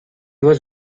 was